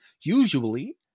Usually